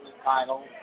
Title